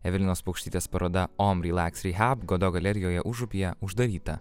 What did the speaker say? evelinos paukštytės paroda omrelaxrehab godo galerijoje užupyje uždaryta